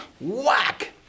Whack